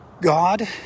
God